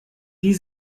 die